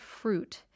fruit